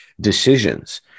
decisions